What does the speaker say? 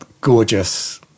gorgeous